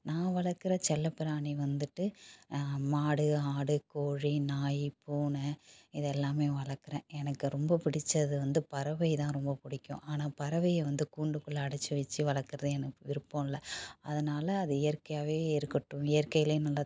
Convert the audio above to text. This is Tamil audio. நான் வளர்க்கிற செல்லப் பிராணி வந்துட்டு மாடு ஆடு கோழி நாய் பூனை இதெல்லாமே வளர்க்கிறேன் எனக்கு ரொம்பப் பிடித்தது வந்து பறவைதான் ரொம்ப பிடிக்கும் ஆனால் பறவையை வந்து கூண்டுக்குள்ளே அடைச்சி வச்சு வளர்க்கிறது எனக்கு விரும்பம் இல்லை அதனால அது இயற்கையாகவே இருக்கட்டும் இயற்கையிலே நல்லா